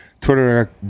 Twitter